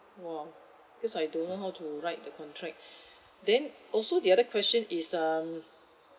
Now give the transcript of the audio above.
!wah! cause I don't know how to write the contract then also the other question is um